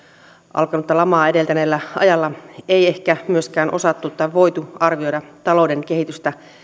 alkanutta lamaa edeltäneellä ajalla ei ehkä myöskään osattu tai voitu arvioida talouden kehitystä